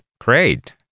Great